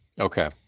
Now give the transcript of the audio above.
okay